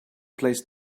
placed